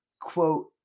quote